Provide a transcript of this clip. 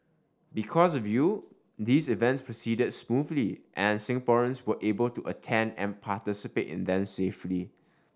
because of you these events proceeded smoothly and Singaporeans were able to attend and participate in them safely